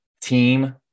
team